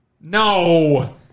No